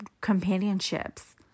companionships